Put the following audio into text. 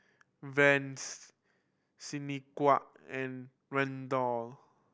Vines Shaniqua and Randall